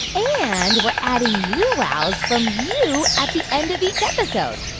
and we're adding new wows from you at the end of each episode.